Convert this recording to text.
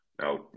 Now